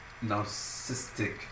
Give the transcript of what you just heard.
narcissistic